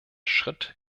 schritt